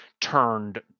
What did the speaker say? turned